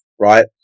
right